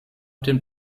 dem